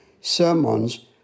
sermons